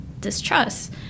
distrust